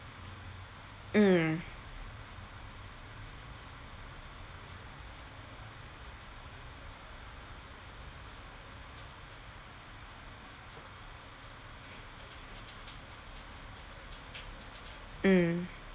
mm mm